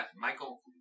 Michael